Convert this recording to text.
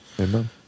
Amen